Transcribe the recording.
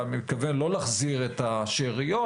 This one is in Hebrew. ואני מתכוון לא להחזיר את השאריות,